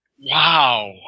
Wow